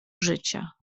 życia